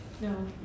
No